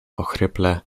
ochryple